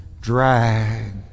drag